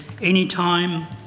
anytime